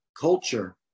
culture